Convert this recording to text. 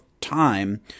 time